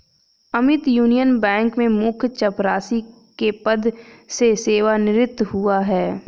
Amit union bank में मुख्य चपरासी के पद से सेवानिवृत हुआ है